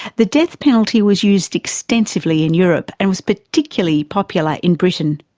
the death penalty was used extensively in europe and was particularly popular in britain.